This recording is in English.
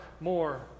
more